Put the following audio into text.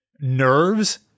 nerves